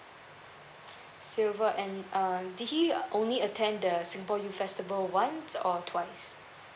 silver and um did he only attend the singapore U festival once or twice